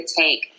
take